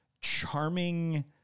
charming